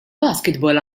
basketball